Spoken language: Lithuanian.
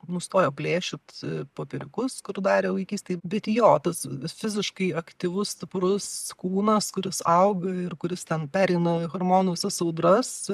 nustojo plėšyt popieriukus kur darė vaikystėj bet jo tas fiziškai aktyvus stiprus kūnas kuris auga ir kuris ten pereina hormonų visas audras